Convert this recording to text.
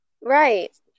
right